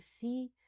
see